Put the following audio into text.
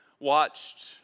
watched